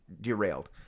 derailed